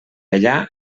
allà